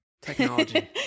Technology